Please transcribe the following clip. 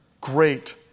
great